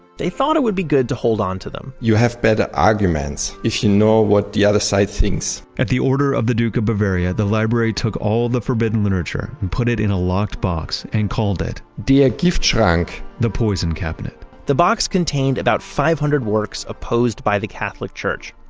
they thought it would be good to hold onto them you have better arguments if you know what the other side thinks at the order of the duke of bavaria, the library took all the forbidden literature and put it in a locked box and called it der ah giftschrank the poison cabinet the box contained about five hundred works opposed by the catholic church,